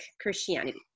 Christianity